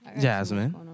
Jasmine